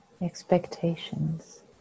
expectations